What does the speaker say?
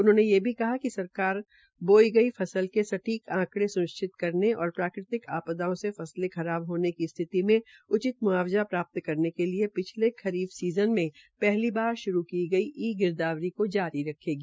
उन्होंने यह भी कहा कि सरकार बोई गई फसल के सटीक आंकड़े स्निश्चित करने और प्राकृतिक आपदाओं से फसले खराब होने की स्थिति मे उचित मुआवजा प्रदान करने के लिए पिछले खरीफ सीज़न में पहली बार श्रू की गई ई गिरदावरी को जारी रखेगी